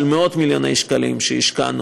של מאות מיליוני שקלים שהשקענו,